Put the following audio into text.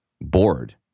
bored